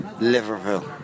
Liverpool